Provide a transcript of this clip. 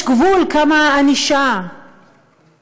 יש גבול כמה הענישה והאכיפה,